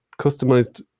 customized